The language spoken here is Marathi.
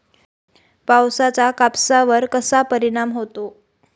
पावसाचा कापसावर कसा परिणाम होतो?